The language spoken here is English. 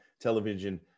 Television